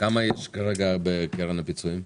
כמה יש כרגע בקרן הפיצויים?